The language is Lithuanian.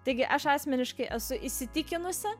taigi aš asmeniškai esu įsitikinusi